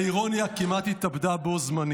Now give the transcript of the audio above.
האירוניה כמעט התאבדה בו ברגע.